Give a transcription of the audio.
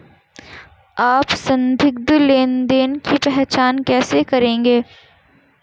आप संदिग्ध लेनदेन की पहचान कैसे करेंगे?